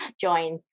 join